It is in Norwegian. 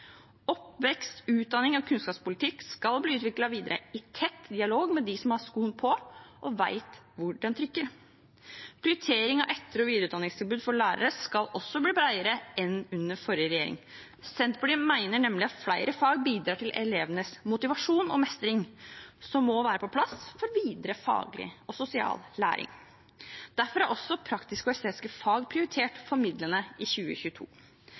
Oppvekst, utdanning og kunnskapspolitikk skal bli utviklet videre i tett dialog med dem som har skoen på, og vet hvor den trykker. Prioritering av etter- og videreutdanningstilbud for lærere skal også bli bredere enn under forrige regjering. Senterpartiet mener nemlig at flere fag bidrar til elevenes motivasjon og mestring, som må være på plass for videre faglig og sosial læring. Derfor er også praktiske og estetiske fag prioritert i midlene for 2022.